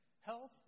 health